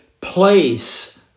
place